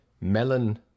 melon